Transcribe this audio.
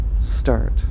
start